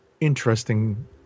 interesting